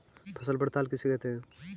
फसल पड़ताल किसे कहते हैं?